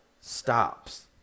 stops